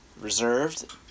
reserved